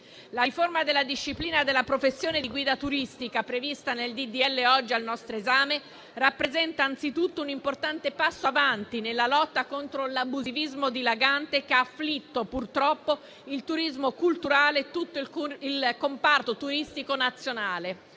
La riforma della disciplina della professione di guida turistica prevista nel disegno di legge oggi al nostro esame rappresenta anzitutto un importante passo avanti nella lotta contro l'abusivismo dilagante che ha afflitto purtroppo il turismo culturale e tutto il comparto turistico nazionale.